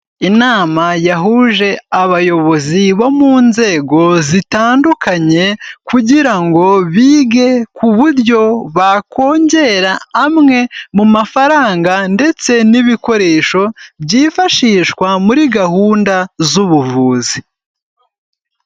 Inama yahuje abayobozi bo mu nzego zitandukanye kugira ngo bige ku buryo bakongera amwe mu mafaranga ndetse n'ibikoresho byifashishwa muri gahunda z'ubuvuzi.